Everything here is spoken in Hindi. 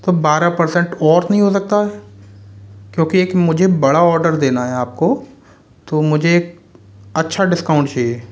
तो बारह पर्सेंट और नहीं हो सकता क्योंकि मुझे एक बड़ा ऑर्डर देना है आपको तो मुझे अच्छा डिस्काउंट चाहिए